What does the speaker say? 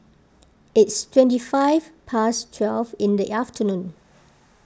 it's twenty five past twelve in the afternoon